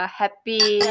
happy